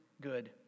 good